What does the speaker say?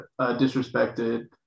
disrespected